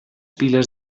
piles